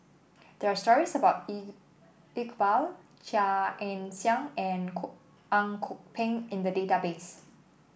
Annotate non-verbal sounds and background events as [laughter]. there are stories about [unintelligible] Iqbal Chia Ann Siang and Kok Ang Kok Peng in the database